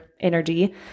energy